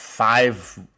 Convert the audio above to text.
five